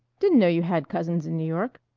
didn't know you had cousins in new york.